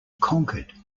conquered